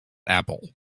apple